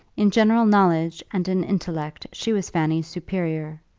in general knowledge and in intellect she was fanny's superior,